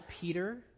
Peter